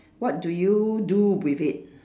what do you do with it